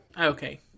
Okay